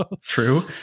True